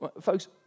Folks